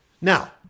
Now